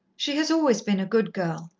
she has always been a good girl,